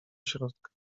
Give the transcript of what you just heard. środka